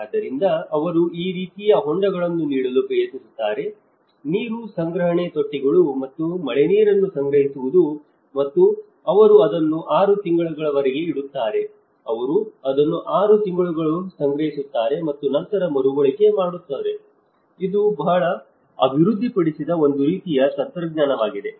ಆದ್ದರಿಂದ ಅವರು ಈ ರೀತಿಯ ಹೊಂಡಗಳನ್ನು ನೀಡಲು ಪ್ರಯತ್ನಿಸುತ್ತಾರೆ ನೀರು ಸಂಗ್ರಹಣೆ ತೊಟ್ಟಿಗಳು ಮತ್ತು ಮಳೆನೀರನ್ನು ಸಂಗ್ರಹಿಸುವುದು ಮತ್ತು ಅವರು ಅದನ್ನು 6 ತಿಂಗಳವರೆಗೆ ಇಡುತ್ತಾರೆ ಅವರು ಅದನ್ನು 6 ತಿಂಗಳು ಸಂಗ್ರಹಿಸುತ್ತಾರೆ ಮತ್ತು ನಂತರ ಮರುಬಳಕೆ ಮಾಡಬಹುದು ಇದು ಅವರು ಅಭಿವೃದ್ಧಿಪಡಿಸಿದ ಒಂದು ರೀತಿಯ ತಂತ್ರಜ್ಞಾನವಾಗಿದೆ